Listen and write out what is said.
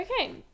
Okay